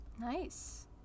Nice